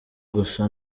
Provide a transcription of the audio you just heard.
gusa